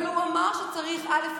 אבל הוא אמר שצריך, א.